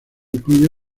incluyó